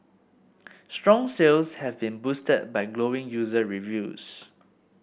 strong sales have been boosted by glowing user reviews